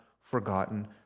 forgotten